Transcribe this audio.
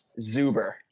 Zuber